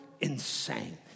insane